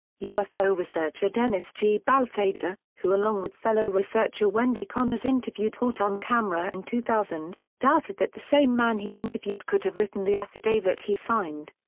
ufo researcher dennis g. balthaser, who along with fellow researcher wendy connors interviewed haut on-camera in two thousand, doubted that the same man he interviewed could have written the affidavit he signed.